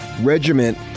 regiment